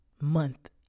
month